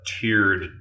tiered